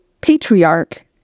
patriarch